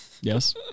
Yes